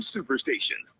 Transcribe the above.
Superstation